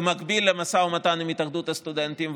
במקביל למשא ומתן עם התאחדות הסטודנטים,